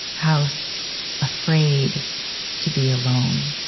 house afraid to be alone.